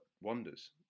wonders